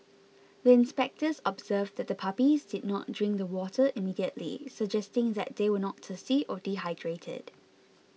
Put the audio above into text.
the inspectors observed that the puppies did not drink the water immediately suggesting that they were not thirsty or dehydrated